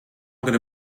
gonna